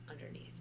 underneath